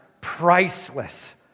Priceless